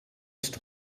ist